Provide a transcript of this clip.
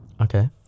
Okay